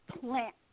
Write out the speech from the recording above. plant